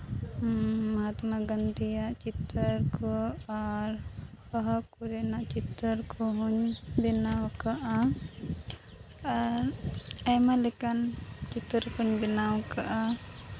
ᱢᱚᱦᱚᱛᱢᱟ ᱜᱟᱹᱱᱫᱷᱤᱭᱟᱜ ᱪᱤᱛᱟᱹᱨ ᱠᱚ ᱟᱨ ᱵᱟᱦᱟ ᱠᱚᱨᱮᱱᱟᱜ ᱪᱤᱛᱟᱹᱨ ᱠᱚᱦᱚᱸᱧ ᱵᱮᱱᱟᱣ ᱟᱠᱟᱜᱼᱟ ᱟᱨ ᱟᱭᱢᱟ ᱞᱮᱠᱟᱱ ᱪᱤᱛᱟᱹᱨ ᱠᱚᱹᱧ ᱵᱮᱱᱟᱣ ᱠᱟᱜᱼᱟ